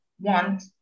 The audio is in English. want